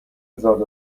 زاد